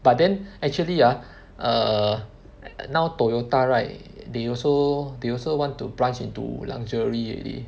but then actually ah err now Toyota right they also they also want to branch into luxury already